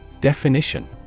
Definition